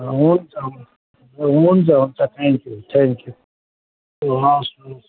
हुन्छ हुन्छ हुन्छ हुन्छ थ्याङ्क्यु थ्याङ्क्यु ए हवस् हवस्